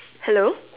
hello